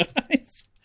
guys